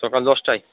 সকাল দশটায়